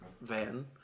Van